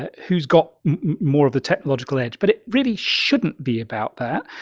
ah who's got more of the technological edge? but it really shouldn't be about that.